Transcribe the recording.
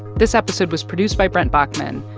this episode was produced by brent baughman,